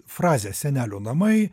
frazė senelių namai